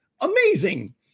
Amazing